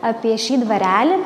apie šį dvarelį